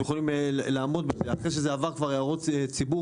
יכולים לעמוד בזה ואחר שזה עבר כבר הערות ציבור,